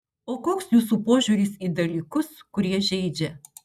o koks jūsų požiūris į dalykus kurie žeidžia